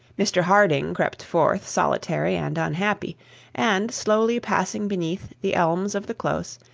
mr harding crept forth solitary and unhappy and, slowly passing beneath the elms of the close,